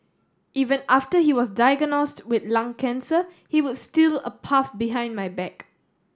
even after he was diagnosed with lung cancer he would steal a puff behind my back